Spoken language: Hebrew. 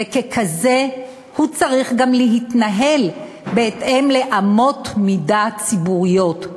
וככזה הוא צריך להתנהל בהתאם לאמות מידה ציבוריות.